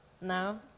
No